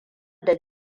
da